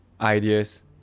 ideas